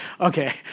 okay